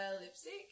Lipstick